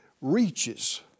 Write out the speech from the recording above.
reaches